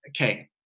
okay